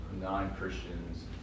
non-Christians